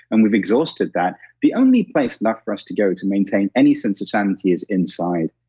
and we've exhausted that. the only place left for us to go to maintain any sense of sanity is inside.